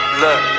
look